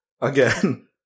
Again